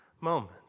moment